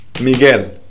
Miguel